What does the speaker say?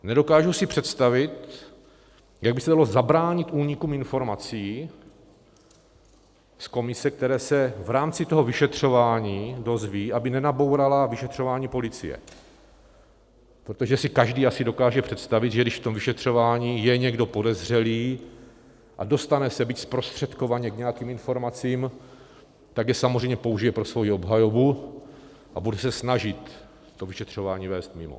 Nedokážu si představit, jak by se dalo zabránit únikům informací z komise, které se v rámci toho vyšetřování dozví, aby nenabourala vyšetřování policie, protože si každý asi dokáže představit, že když v tom vyšetřování je někdo podezřelý a dostane se, byť zprostředkovaně, k nějakým informacím, tak je samozřejmě použije pro svoji obhajobu a bude se snažit to vyšetřování vést mimo.